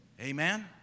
Amen